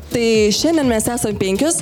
tai šiandien mes esam penkios